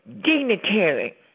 dignitary